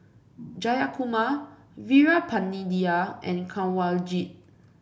Jayakumar Veerapandiya and Kanwaljit